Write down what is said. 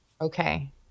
Okay